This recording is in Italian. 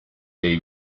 dei